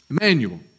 Emmanuel